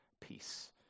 peace